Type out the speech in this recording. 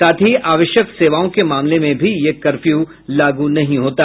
साथ ही आवश्यक सेवाओं के मामले में भी यह कर्फ्यू लागू नहीं होता